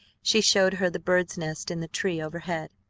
she showed her the bird's nest in the tree overhead.